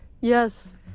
Yes